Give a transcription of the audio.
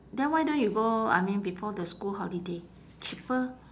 then why don't you go I mean before the school holiday cheaper